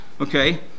Okay